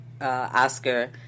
Oscar